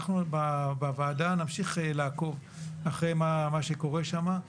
אנחנו בוועדה נמשיך לעקוב אחרי מה שקורה שם,